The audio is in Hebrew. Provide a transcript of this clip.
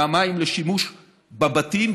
מהמים לשימוש בבתים,